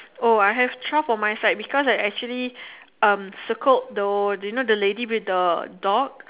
oh I have twelve on my side because I actually um circled the you know the lady with the dog